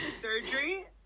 surgery